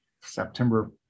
September